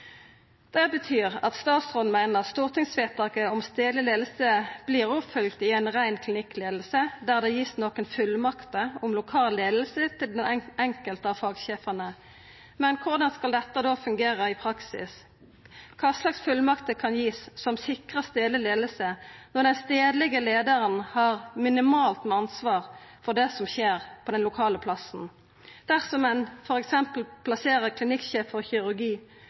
Det betyr at statsråden meiner at stortingsvedtaket om stadleg leiing vert oppfylt i ei rein klinikkleiing der det vert gitt nokre fullmakter om lokal leiing til den enkelte av fagsjefane. Men korleis skal dette fungera i praksis? Kva slags fullmakter kan verte gitt som sikrar stadleg leiing når den stadlege leiaren har minimalt med ansvar for det som skjer på den lokale plassen? Dersom ein f.eks. plasserer klinikksjefen for kirurgi